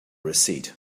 receipt